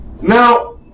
Now